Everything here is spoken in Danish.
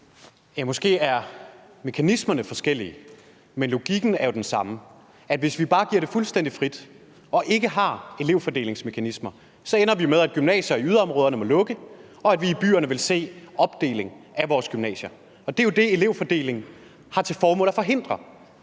Ja, måske er mekanismerne forskellige, men logikken er jo den samme, nemlig at hvis vi bare giver det fuldstændig frit løb og ikke har elevfordelingsmekanismer, ender vi med, at gymnasier i yderområderne må lukke, og at vi i byerne vil se opdeling af vores gymnasier. Det er jo det, som elevfordeling har til formål at forhindre.